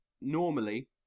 normally